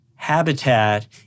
habitat